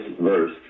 verse